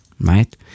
Right